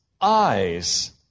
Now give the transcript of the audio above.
eyes